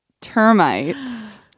termites